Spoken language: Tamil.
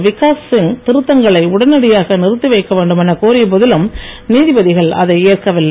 விகாஸ் சிங் திருத்தங்களை உடனடியாக நிறுத்தி வைக்க வேண்டும் என கோரியபோதிலும் நீதிபதிகள் அதை ஏற்கவில்லை